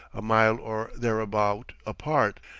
a mile or thereabout apart,